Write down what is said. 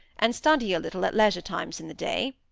and study a little at leisure times in the day